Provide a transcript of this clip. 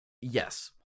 Yes